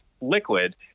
liquid